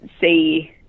see